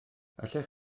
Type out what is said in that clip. allech